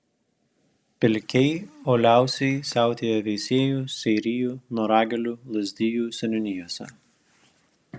pilkiai uoliausiai siautėja veisiejų seirijų noragėlių lazdijų seniūnijose